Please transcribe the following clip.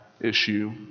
issue